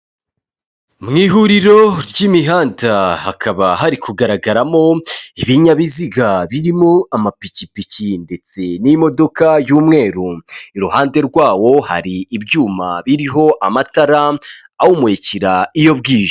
Mu ihuriro ry'imihanda hakaba hari kugaragaramo ibinyabiziga birimo amapikipiki ndetse n'imodoka y'umweru, iruhande rwawo hari ibyuma biriho amatara awumurikira iyo bwije.